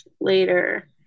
later